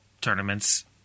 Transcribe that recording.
tournaments